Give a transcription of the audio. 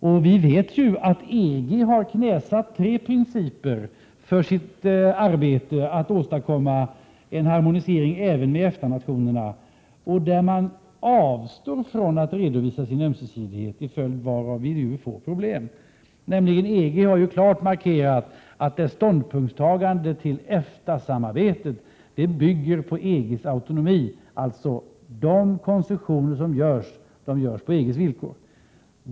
Och vi vet ju att EG har knäsatt tre principer för sitt arbete att åstadkomma harmonisering även med EFTA-nationerna, där man avstår från att redovisa sin ömsesidighet, till följd varav vi nu får problem. EG har ju klart markerat att dess ståndpunktstagande till EFTA-samarbetet bygger på EG:s autonomi. Alltså: De konstruktioner som görs, de görs på EG:s villkor.